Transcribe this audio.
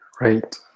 right